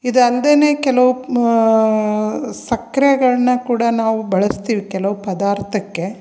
ಇದು ಅಲ್ದೇನೆ ಕೆಲವ್ ಸಕ್ಕರೆಗಳ್ನ ಕೂಡ ನಾವು ಬಳಸ್ತೀವಿ ಕೆಲವು ಪದಾರ್ಥಕ್ಕೆ